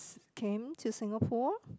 came to Singapore